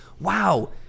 wow